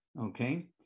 Okay